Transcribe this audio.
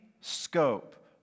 scope